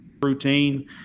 routine